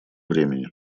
времени